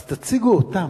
אז תציגו אותם,